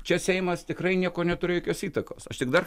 čia seimas tikrai nieko neturėjo jokios įtakos aš tik dar